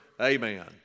Amen